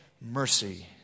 mercy